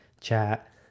chat